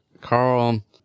Carl